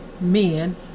men